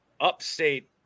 upstate